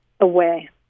Away